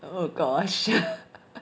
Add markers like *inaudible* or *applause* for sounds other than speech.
oh gosh *laughs*